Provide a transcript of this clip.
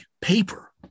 paper